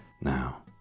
now